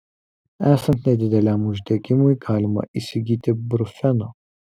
esant nedideliam uždegimui galima įsigyti brufeno